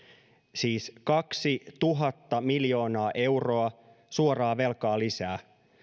siis kaksituhatta miljoonaa euroa suoraa velkaa lisää